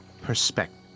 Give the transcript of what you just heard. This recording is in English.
perspective